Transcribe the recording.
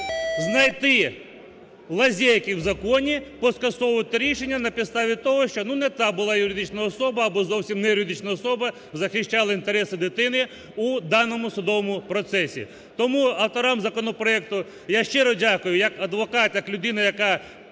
знайти лазейки в законі, поскасовувати рішення на підставі того, що не та була юридична особа або зовсім не юридична особа, захищали інтереси дитини у даному судовому процесі. Тому авторам законопроекту я щиро дякую, як адвокат, як людина, яка